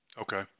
Okay